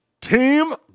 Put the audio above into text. Team